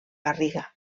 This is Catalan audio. garriga